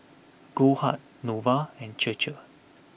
Goldheart Nova and Chir Chir